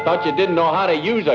i thought you didn't know how to use